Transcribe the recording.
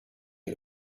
ihr